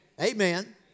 Amen